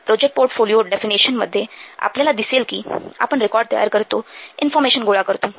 project portfolio डेफिनिशनमध्ये आपल्याला दिसेल कि आपण रेकॉर्ड तयार करतो इन्फॉर्मेशन गोळा करतो